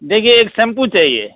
देखिए एक शैम्पू चाहिए